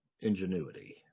ingenuity